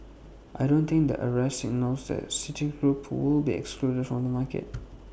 I don't think the arrest signals that citigroup would be excluded from the market